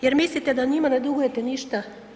Jer mislite da njima ne dugujete ništa.